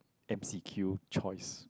M_C_Q choice